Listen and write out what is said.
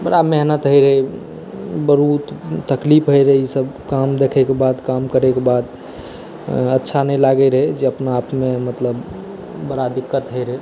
बड़ा मेहनति होइ रहै बहुत तकलीफ होइ रहै ईसब काम देखैके बाद काम करैके बाद अच्छा नहि लगै रहै जे अपना आपमे मतलब बड़ा दिक्कत होइ रहै